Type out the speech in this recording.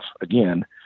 again